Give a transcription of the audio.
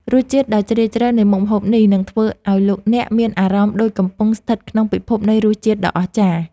រសជាតិដ៏ជ្រាលជ្រៅនៃមុខម្ហូបនេះនឹងធ្វើឱ្យលោកអ្នកមានអារម្មណ៍ដូចកំពុងស្ថិតក្នុងពិភពនៃរសជាតិដ៏អស្ចារ្យ។